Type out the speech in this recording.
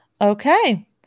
Okay